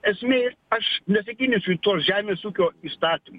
esmė aš nesigilinsiu į tuos žemės ūkio įstatymus